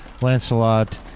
Lancelot